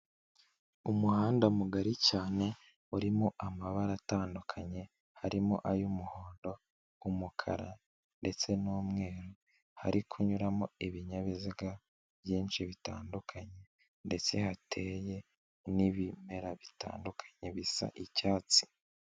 Umuhanda mugari cyane urimo amabara atandukanye, harimo ay'umuhondo, umukara ndetse n'umweru, hari kunyuramo ibinyabiziga byinshi bitandukanye ndetse hateye n'ibimera bitandukanye bisa icyatsi.